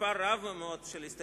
מספר רב מאוד של הסתייגויות,